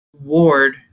Ward